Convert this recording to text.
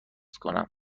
کنم